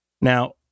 Now